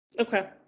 Okay